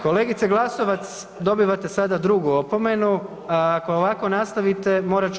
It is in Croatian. Kolegice Glasovac dobivate sada drugu opomenu, a ako ovako nastavite morat ću